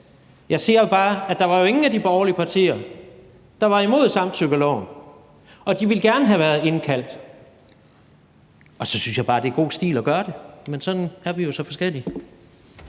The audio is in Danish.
Jeg siger bare, at der var ingen af de borgerlige partier, der var imod samtykkeloven, og de ville gerne have været indkaldt, og så synes jeg bare, det er god stil at gøre det. Men sådan er vi jo så forskellige.